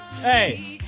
Hey